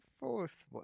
fourth